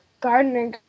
gardener